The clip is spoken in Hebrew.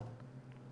תודה.